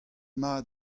mat